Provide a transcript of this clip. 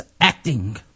Acting